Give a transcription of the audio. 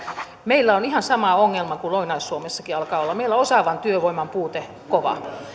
meillä on ihan sama ongelma kuin lounais suomessakin alkaa olla meillä on osaavan työvoiman puute kova